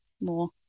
more